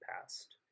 past